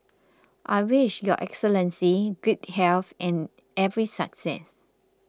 I wish Your Excellency good health and every success